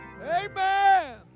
Amen